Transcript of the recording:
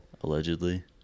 Allegedly